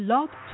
Love